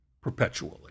perpetually